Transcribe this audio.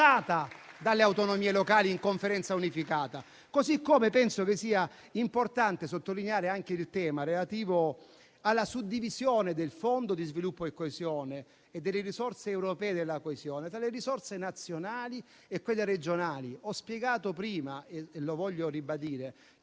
dalle autonomie locali in Conferenza unificata? Così come penso che sia importante sottolineare anche il tema relativo alla suddivisione del Fondo per lo sviluppo e la coesione e delle risorse europee per la coesione, da quelle nazionali e regionali. Ho spiegato prima - e vorrei ribadirlo - che